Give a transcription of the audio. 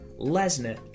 Lesnar